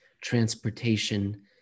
transportation